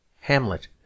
Hamlet